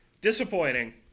Disappointing